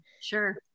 Sure